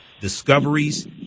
Discoveries